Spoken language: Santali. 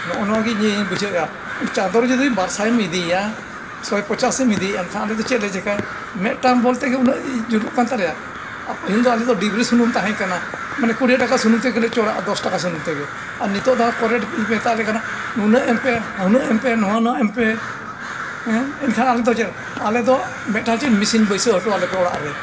ᱱᱚᱜᱼᱚ ᱱᱚᱣᱟᱜᱮ ᱤᱧᱤᱧ ᱵᱩᱡᱷᱟᱹᱣᱮᱜᱼᱟ ᱪᱟᱸᱫᱳ ᱨᱮ ᱡᱩᱫᱤ ᱵᱟᱨ ᱥᱟᱭᱮᱢ ᱤᱫᱤᱭᱮᱭᱟ ᱥᱚᱭ ᱯᱚᱪᱟᱥᱮᱢ ᱤᱫᱤᱭᱮᱭᱟ ᱮᱱᱠᱷᱟᱱ ᱟᱞᱮᱫᱚ ᱪᱮᱫᱞᱮ ᱪᱤᱠᱟᱹᱭᱟ ᱢᱤᱫᱴᱟᱝ ᱵᱚᱞ ᱛᱮᱜᱮ ᱩᱱᱟᱹᱜ ᱡᱩᱞᱩᱜ ᱠᱟᱱ ᱛᱟᱞᱮᱭᱟ ᱟᱨ ᱯᱟᱹᱦᱤᱞ ᱫᱚ ᱟᱞᱮᱫᱚ ᱟᱞᱮᱫᱚ ᱰᱤᱵᱨᱤ ᱥᱩᱱᱩᱢ ᱛᱟᱦᱮᱸ ᱠᱟᱱᱟ ᱢᱟᱱᱮ ᱠᱩᱲᱤ ᱴᱟᱠᱟ ᱥᱩᱱᱩᱢ ᱛᱮᱜᱮᱞᱮ ᱪᱚᱲᱟᱜᱼᱟ ᱫᱚᱥ ᱴᱟᱠᱟ ᱥᱩᱱᱩᱢ ᱛᱮᱜᱮ ᱟᱨ ᱱᱤᱛᱳᱜ ᱫᱚ ᱠᱟᱮᱱᱴ ᱰᱤᱞᱯᱮ ᱢᱮᱛᱟᱞᱮ ᱠᱟᱱᱟ ᱱᱩᱱᱟᱹᱜ ᱮᱢᱯᱮ ᱦᱩᱱᱟᱹᱜ ᱮᱢᱯᱮ ᱱᱚᱜ ᱮᱢᱯᱮ ᱦᱮᱸ ᱮᱱᱠᱷᱟᱱ ᱟᱞᱮᱫᱚ ᱪᱮᱫ ᱟᱞᱮᱫᱚ ᱢᱤᱫᱴᱟᱝ ᱪᱮᱫ ᱢᱮᱥᱤᱱ ᱵᱟᱹᱭᱥᱟᱹᱣ ᱦᱚᱴᱚ ᱟᱞᱮᱯᱮ ᱚᱲᱟᱜ ᱨᱮ